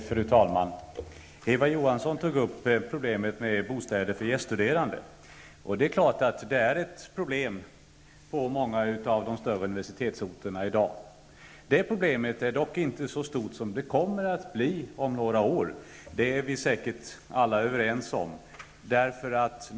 Fru talman! Eva Johansson tog upp problemet med bostäder för gäststuderande. Det är klart att det i dag är ett problem på många av de större universitetsorterna, men det är inte så stort som det kommer att bli om några år, det är vi alla säkert överens om.